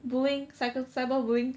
bullying cyber~ cyberbullying